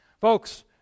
Folks